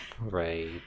Right